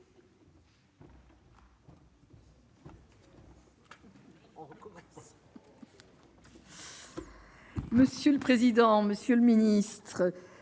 Monsieur le président, monsieur le ministre,